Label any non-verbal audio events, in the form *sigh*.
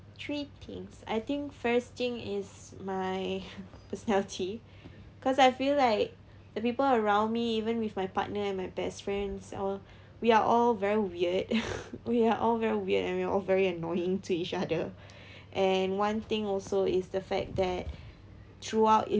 three things I think first thing is my *laughs* personality because I feel like the people around me even with my partner and my best friends all we are all very weird *laughs* we are all very weird and we are all very annoying to each other *breath* and one thing also is the fact that throughout